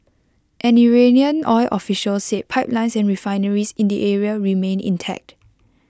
an Iranian oil official said pipelines and refineries in the area remained intact